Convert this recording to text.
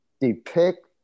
depict